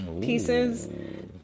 pieces